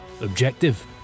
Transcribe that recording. Objective